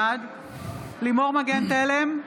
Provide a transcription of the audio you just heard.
בעד לימור מגן תלם,